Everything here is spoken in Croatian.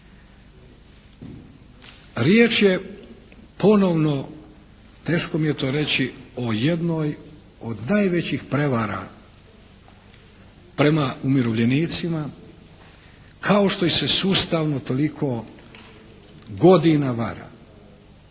Riječ je ponovno teško mi je to reći o jednoj od najvećih prevara prema umirovljenicima kao što ih se sustavno toliko godina vara.